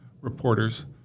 reporters